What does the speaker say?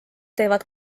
teevad